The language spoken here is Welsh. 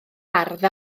ardd